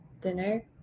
dinner